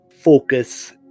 focus